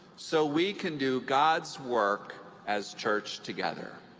so we can do god's work as church together.